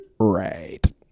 Right